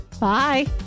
Bye